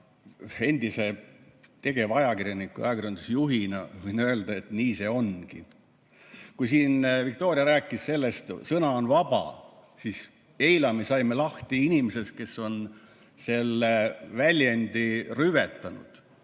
Endise tegevajakirjaniku ja ajakirjandusjuhina võin öelda, et nii see ongi. Kui Viktoria rääkis sellest, et sõna on vaba, siis eile me saime lahti inimesest, kes on selle väljendi rüvetanud